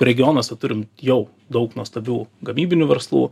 regionuose turim jau daug nuostabių gamybinių verslų